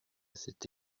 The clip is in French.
cet